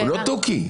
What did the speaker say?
הוא לא תוכי.